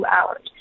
hours